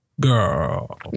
girl